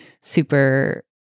super